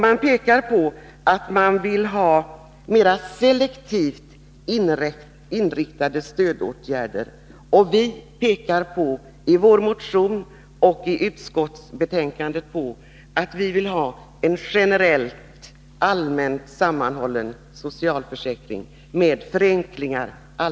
Man pekade på att man ville ha mera selektivt inriktade stödåtgärder. I både motionen och utskottsbetänkandet pekar vi på att vi vill ha en generell, allmänt sammanhållen socialförsäkring, med förenklingar.